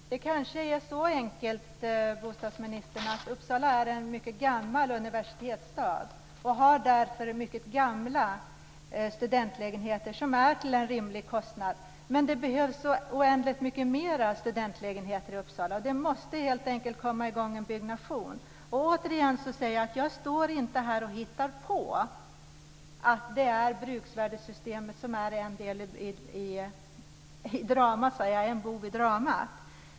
Fru talman! Det kanske är så enkelt, bostadsministern, att Uppsala är en mycket gammal universitetsstad och därför har mycket gamla studentlägenheter med en rimlig hyra. Men det behövs många fler studentlägenheter i Uppsala. Det måste helt enkelt komma i gång en byggnation. Återigen säger jag att jag inte står här och hittar på att bruksvärdessystemet är en bov i dramat.